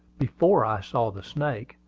before i saw the snake,